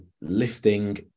lifting